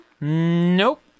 Nope